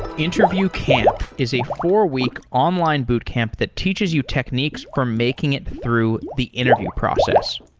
interview camp is a four-week online boot camp that teaches you techniques for making it through the interview process.